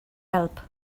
help